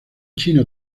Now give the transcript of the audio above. chino